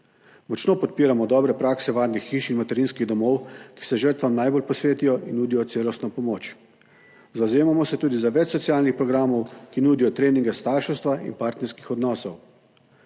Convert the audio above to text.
Močno podpiramo dobre prakse varnih hiš in materinskih domov, ki se žrtvam najbolj posvetijo in nudijo celostno pomoč. Zavzemamo se tudi za več socialnih programov, ki nudijo treninge starševstva in partnerskih odnosov.